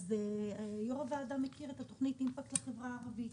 אז אפשר להזכיר את התוכנית "אימפקט לחברה הערבית".